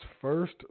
first